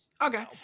Okay